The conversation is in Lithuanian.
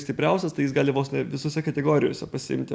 stipriausias tai jis gali vos ne visose kategorijose pasiimti